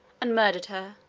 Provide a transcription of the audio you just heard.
and murdered her,